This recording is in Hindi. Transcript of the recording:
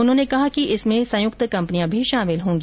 उन्होंने कहा कि इसमें संयुक्त कंपनियां भी शामिल होंगी